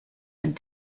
and